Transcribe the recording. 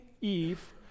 Eve